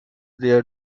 there